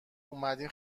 اومدیم